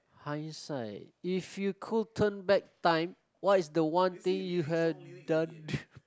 hindsight if you could turn back time what is the one thing you had done